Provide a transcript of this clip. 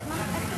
כי את,